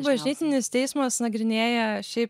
bažnytinis teismas nagrinėja šiaip